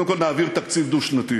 קודם כול, נעביר תקציב דו-שנתי.